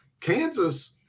Kansas